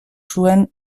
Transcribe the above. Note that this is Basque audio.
zuen